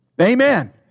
Amen